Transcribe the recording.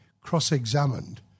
cross-examined